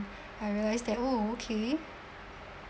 I realised that oh okay